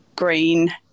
Green